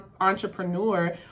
entrepreneur